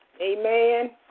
Amen